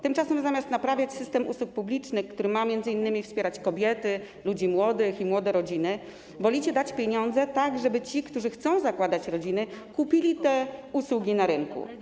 Tymczasem zamiast naprawiać system usług publicznych, który ma m.in. wpierać kobiety, ludzi młodych i młode rodziny, wolicie dać pieniądze tak, żeby ci, którzy chcą zakładać rodziny, kupili te usługi na rynku.